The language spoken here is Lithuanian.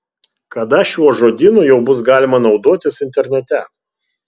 kada šiuo žodynu jau bus galima naudotis internete